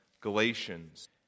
Galatians